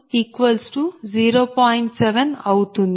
7 అవుతుంది